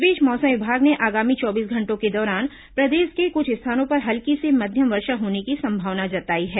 इस बीच मौसम विभाग ने आगामी चौबीस घंटों के दौरान प्रदेश के कुछ स्थानों पर हल्की से मध्यम वर्षा होने की संभावना जताई है